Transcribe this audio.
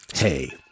Hey